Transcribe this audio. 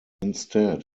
instead